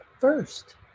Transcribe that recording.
first